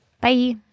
Bye